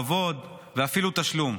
כבוד ואפילו תשלום.